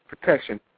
protection